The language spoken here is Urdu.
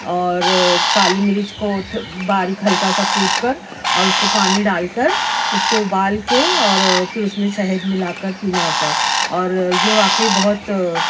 اور کالی مرچ کو باریک ہلکا سا کوٹ کر اور اس کو پانی ڈال کر اس کو ابال کے اور پھر اس میں شہد ملا کر پینا ہوتا ہے اور یہ واقعی بہت